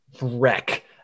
wreck